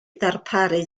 darparu